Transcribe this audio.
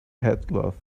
headcloth